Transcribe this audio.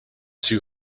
too